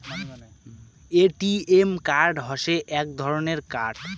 ATM card হসে এক ধরণের কার্ড